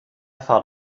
thought